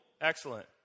Excellent